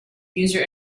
user